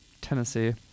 tennessee